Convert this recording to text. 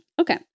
Okay